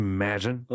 Imagine